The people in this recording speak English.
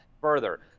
further